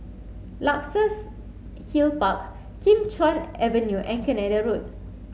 Luxus Hill Park Kim Chuan Avenue and Canada Road